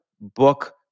book